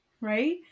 Right